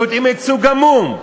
ויודעים את סוג המום.